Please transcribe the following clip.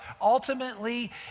ultimately